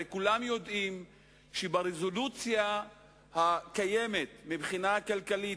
הרי כולם יודעים שברזולוציה הקיימת מבחינה כלכלית,